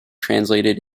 translated